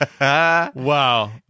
Wow